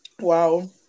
Wow